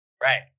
Right